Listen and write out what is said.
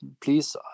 please